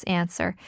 answer